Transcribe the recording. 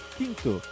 Quinto